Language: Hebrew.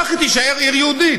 כך היא תישאר עיר יהודית.